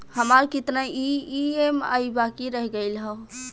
हमार कितना ई ई.एम.आई बाकी रह गइल हौ?